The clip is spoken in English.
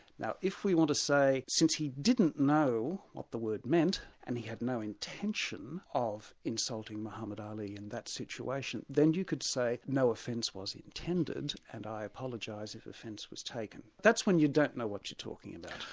now if we want to say that since he didn't know what the word meant and he had no intention of insulting mohammad ali in that situation then you could say no offence was intended and i apologise if offence was taken. that's when you don't know what you're talking about.